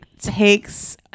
takes